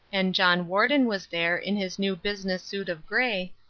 and john warden was there in his new business suit of grey,